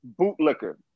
bootlicker